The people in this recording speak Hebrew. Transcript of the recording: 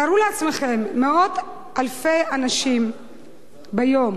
תארו לעצמכם, מאות אלפי אנשים ביום